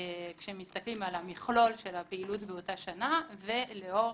כשמסתכלים על המכלול של הפעילות באותה שנה, ולאור